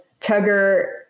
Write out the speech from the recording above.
Tugger